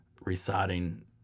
reciting